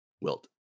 Wilt